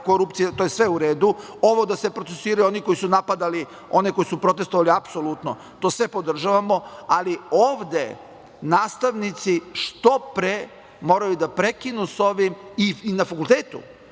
korupcija to je sve u redu, ovo da se procesuiraju oni koji su napadali one koji su protestvovali, apsolutno to sve podržavamo, ali ovde nastavnici što pre moraju da prekinu sa ovim i na fakultetu